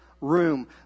room